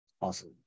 Awesome